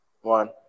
One